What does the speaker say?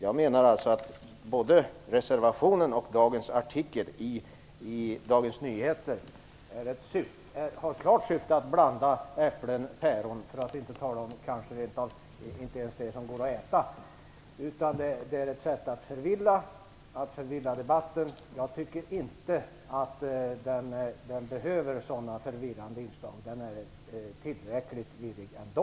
Jag menar att både reservationen och artikeln i Dagens Nyheter i dag har ett klart syfte att blanda äpplen och päron - för att inte tala om sådant som kanske rent av inte går att äta. Det är ett sätt att förvirra debatten och jag tycker inte den behöver sådana förvirrande inslag. Den är tillräcklig virrig ändå.